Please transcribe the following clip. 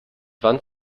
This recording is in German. wand